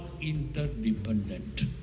interdependent